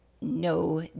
no